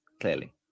Clearly